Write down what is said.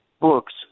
books